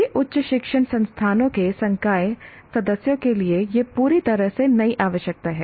सभी उच्च शिक्षण संस्थानों के संकाय सदस्यों के लिए यह पूरी तरह से नई आवश्यकता है